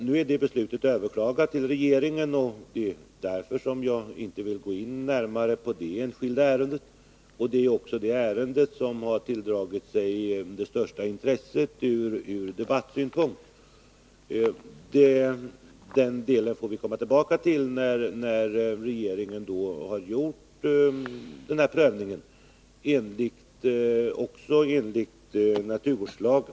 Nu är det beslutet överklagat till regeringen, och därför vill jag inte närmare gå in på det enskilda ärendet. Ärendet har ju också tilldragit sig det största intresset ur debattsynpunkt. Den delen får vi således komma tillbaka till, när regeringen har gjort prövningen enligt naturvårdslagen.